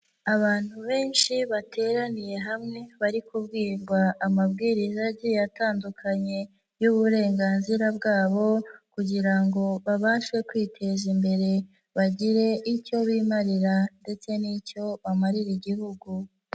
Abantu benshi bateraniye hamwe bari kubwirwa amabwiriza agiye atandukanye, y'uburenganzira bwabo, kugira ngo babashe kwiteza imbere, bagire icyo bimarira, ndetse n'icyo bamarira igihugu.